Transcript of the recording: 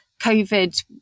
covid